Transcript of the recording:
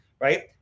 Right